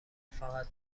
فقط